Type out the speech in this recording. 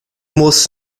muss